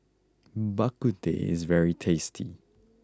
Bak Kut Teh is very tasty